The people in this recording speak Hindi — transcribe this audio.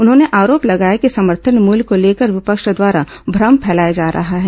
उन्होंने आरोप लगाया कि समर्थन मूल्य को लेकर विपक्ष द्वारा भ्रम फैलाया जा रहा है